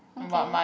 okay